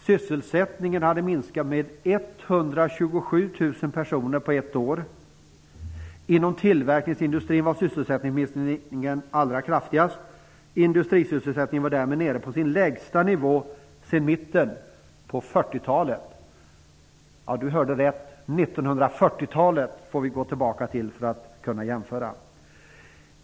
Sysselsättningen hade minskat med 127 000 personer på ett år. - Inom tillverkningsindustrin var sysselsättningsminskningen allra kraftigast. Industrisysselsättningen var därmed nere på sin lägsta nivå sedan mitten av 40-talet. Vi får alltså gå så långt tillbaka för att kunna jämföra.